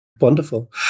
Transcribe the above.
Wonderful